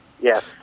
yes